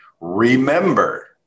remember